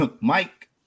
Mike